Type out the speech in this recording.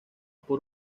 por